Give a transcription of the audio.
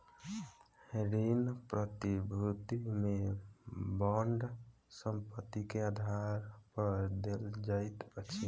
ऋण प्रतिभूति में बांड संपत्ति के आधार पर देल जाइत अछि